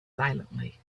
silently